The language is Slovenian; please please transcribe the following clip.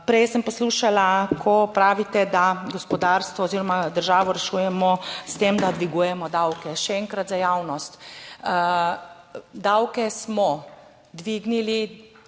Prej sem poslušala, ko pravite, da gospodarstvo oziroma državo rešujemo s tem, da dvigujemo davke. Še enkrat, za javnost, davke smo dvignili